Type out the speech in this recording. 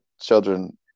children